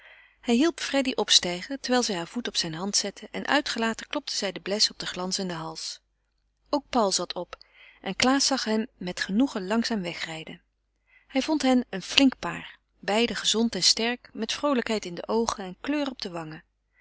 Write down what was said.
hij hielp freddy opstijgen terwijl zij heur voet op zijne hand zette en uitgelaten klopte zij den bles op den glanzenden hals ook paul zat op en klaas zag hen met genoegen langzaam wegrijden hij vond hen een flink paar beiden gezond en sterk met vroolijkheid in de oogen en kleur op de wangen